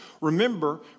Remember